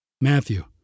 Matthew